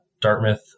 Dartmouth